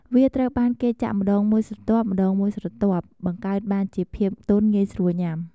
វាត្រូវបានគេចាក់ម្តងមួយស្រទាប់ៗ បង្កើតបានជាភាពទន់ងាយស្រួលញុាំ។